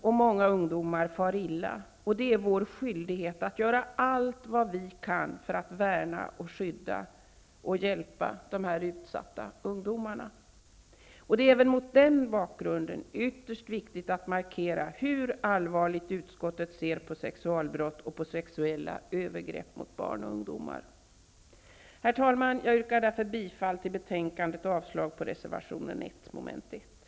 Många barn och ungdomar far illa, och det är vår skyldighet att göra allt vad vi kan för att värna, skydda och hjälpa dessa utsatta ungdomar. Det är även mot den bakgrunden ytterst viktigt att markera hur allvarligt utskottet ser på sexualbrott och på sexuella övergrepp mot barn och ungdomar. Herr talman! Jag yrkar därför bifall till hemställan i betänkandet och avslag på reservation 1 under mom. 1 i hemställan.